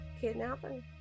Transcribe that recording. kidnapping